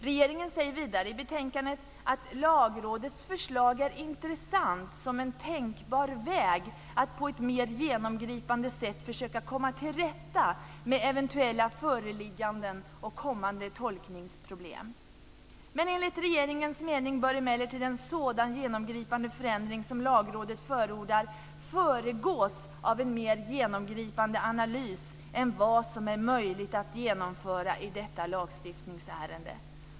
Regeringen säger vidare i betänkandet att Lagrådets förslag är intressant som en tänkbar väg att på ett mer genomgripande sätt försöka komma till rätta med eventuella föreliggande och kommande tolkningsproblem. Enligt regeringens mening bör emellertid en sådan genomgripande förändring som Lagrådet förordar föregås av en mer genomgripande analys än vad som är möjligt att genomföra i detta lagstiftningsärende.